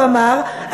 הוא אמר,